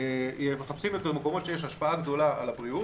מחפשים את המקומות שיש השפעה גדולה על הבריאות,